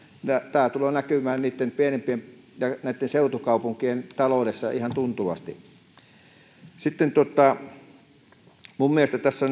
tämä tulee näkymään niitten pienempien ja seutukaupunkien taloudessa ihan tuntuvasti minun mielestäni tässä